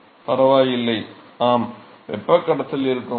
மாணவர் வெப்பக் கடத்தல் இருக்கும்